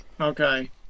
okay